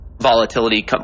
volatility